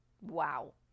Wow